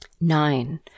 Nine